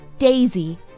Daisy